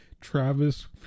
Travis